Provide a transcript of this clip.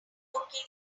cooking